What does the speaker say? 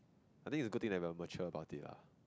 I think is a good thing that we are mature about it lah